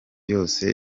yose